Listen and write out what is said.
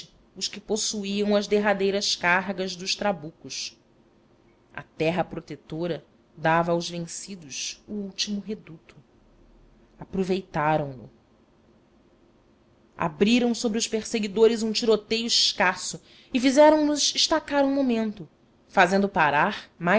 os que possuíam as derradeiras cargas dos trabucos a terra protetora dava aos vencidos o último reduto aproveitaram no abriram sobre os perseguidores um tiroteio escasso e fizeram nos estacar um momento fazendo parar